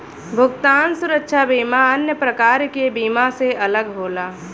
भुगतान सुरक्षा बीमा अन्य प्रकार के बीमा से अलग होला